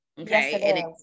okay